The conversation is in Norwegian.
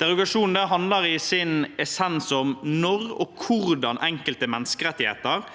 Derogasjon handler i sin essens om når og hvordan enkelte menneskerettigheter